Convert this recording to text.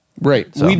Right